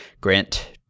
Grant